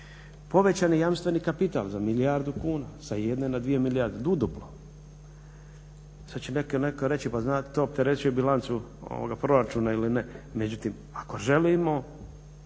Povećan je jamstveni kapital za milijardu kuna, sa 1 na 2 milijarde u duplo. Sada će neko reći pa znate to opterećuje bilancu proračuna ili ne međutim ako želimo